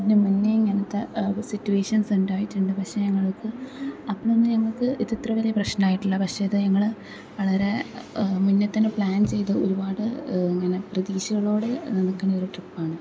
ഇതിനു മുന്നേ ഇങ്ങനത്തെ സിറ്റുവേഷൻസ് ഉണ്ടായിട്ടുണ്ട് പക്ഷേ ഞങ്ങൾക്ക് അപ്പം തന്നെ ഞങ്ങൾക്ക് ഇത് ഇത്ര വലിയ പ്രശ്നമായിട്ടില്ല പക്ഷേ ഇത് ഞങ്ങൾ വളരെ മുന്നേ തന്നെ പ്ലാൻ ചെയ്തു ഒരുപാട് ഇങ്ങനെ പ്രതീക്ഷകളോടെ നിൽക്കുന്നൊരു ട്രിപ്പ് ആണ്